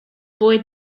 boy